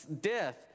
death